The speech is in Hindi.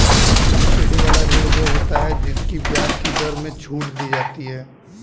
सब्सिडी वाला ऋण वो होता है जिसकी ब्याज की दर में छूट दी जाती है